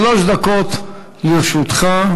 שלוש דקות לרשותך.